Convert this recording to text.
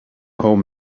home